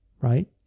Right